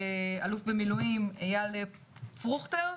אלוף משנה במילואים אייל פרוכטר,